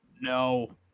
No